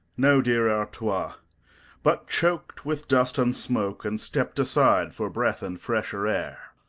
no, dear artois but choked with dust and smoke, and stepped aside for breath and fresher air.